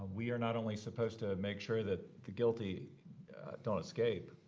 we are not only supposed to make sure that the guilty don't escape.